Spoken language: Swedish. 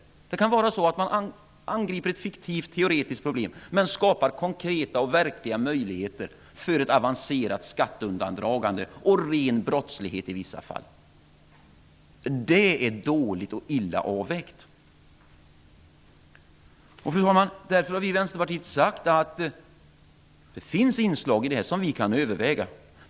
Man kan angripa ett fiktivt, teoretiskt problem, men man skapar konkreta, verkliga möjligheter för ett avancerat skatteundandragande och ren brottslighet i vissa fall. Det är dåligt och illa avvägt. Fru talman! Därför har vi i Vänsterpartiet sagt att det finns inslag i det här som vi kan överväga.